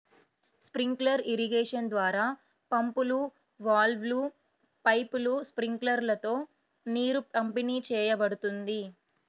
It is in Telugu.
స్ప్రింక్లర్ ఇరిగేషన్ ద్వారా పంపులు, వాల్వ్లు, పైపులు, స్ప్రింక్లర్లతో నీరు పంపిణీ చేయబడుతుంది